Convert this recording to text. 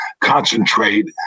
concentrate